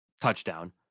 touchdown